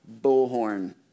bullhorn